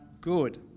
good